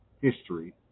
history